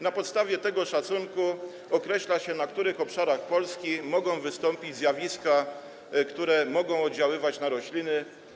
Na podstawie tego szacunku określa się, na których obszarach Polski mogą wystąpić zjawiska suszowe, które mogą oddziaływać na rośliny.